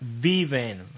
viven